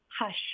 hush